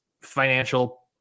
financial